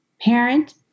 parent